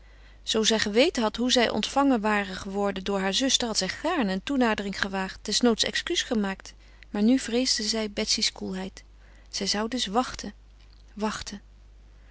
zoo zij geweten had hoe zij ontvangen ware geworden door haar zuster had zij gaarne een toenadering gewaagd desnoods excuus gemaakt maar nu vreesde zij betsy's koelheid zij zou dus wachten wachten